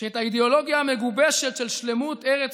שאת האידיאולוגיה המגובשת של שלמות ארץ